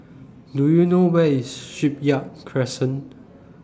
Do YOU know Where IS Shipyard Crescent